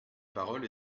parole